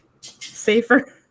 safer